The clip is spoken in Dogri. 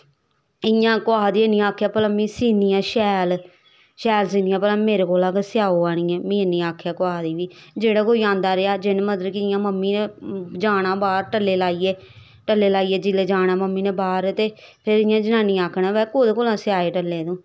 इयां कुसा ने नी आक्खेआ भला में सीनी आं शैल शैल सीनी आं भला मेरै कोला गै लेआओ आनियै मीं नी आखेआ कुसा नै इयां जेह्ड़ा कोई आंदा रेहा जिनैं मतलव की इयां मम्मी नै जाना बाह्र टल्ले लाइयै टल्ले लाइयै मम्मी नै जाना जिसलै बाह्र ते फिर इयां जन्नियैं आखना कोह्दै कोला सोआए टल्ले तूं